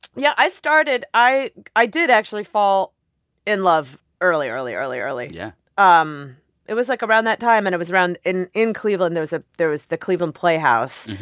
yeah, i started i i did actually fall in love early, early, early, early yeah um it was, like, around that time. and it was around in in cleveland, there was ah there was the cleveland play house,